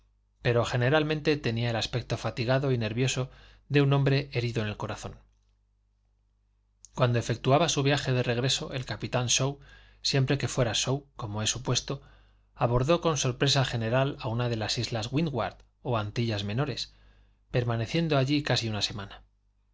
de fléchier pero generalmente tenía el aspecto fatigado y nervioso de un hombre herido en el corazón cuando efectuaba su viaje de regreso el capitán shaw siempre que fuera shaw como he supuesto abordó con sorpresa general a una de las islas windward o antillas menores permaneciendo allí casi una semana